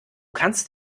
kannst